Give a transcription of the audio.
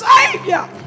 Savior